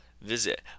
Visit